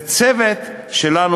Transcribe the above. זה צוות שלנו,